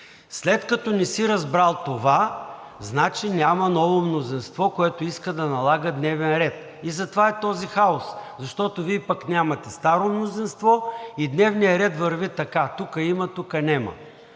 След като не си разбрал това, значи няма ново мнозинство, което иска да налага дневен ред. И затова е този хаос, защото Вие пък нямате старо мнозинство и дневният ред върви така – тука има, тука няма.